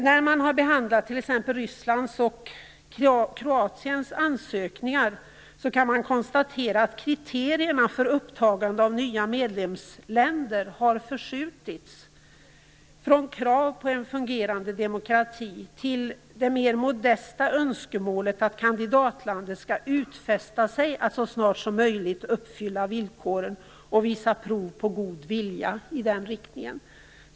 När man har behandlat t.ex. Rysslands och Kroatiens ansökningar, kan konstateras att kriterierna för upptagande av nya medlemsländer har förskjutits från krav på en fungerande demokrati till det mer modesta önskemålet att kandidatlandet skall utfästa sig att så snart som möjligt uppfylla villkoren och visa prov på god vilja i den riktningen.